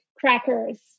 crackers